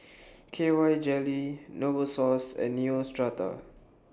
K Y Jelly Novosource and Neostrata